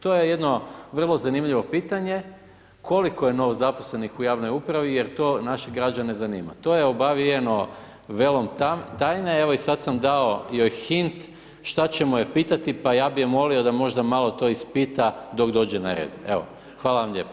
To je jedno vrlo zanimljivo pitanje, koliko je novozaposlenih u javnoj upravi jer to naše građane zanima, to je obavijeno velom tajne, evo, i sad sam dao joj hint šta ćemo je pitati, pa ja bi je molio da možda malo to ispita dok dođe na red, evo, hvala vam lijepo.